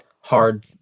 hard